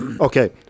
okay